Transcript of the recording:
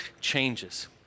changes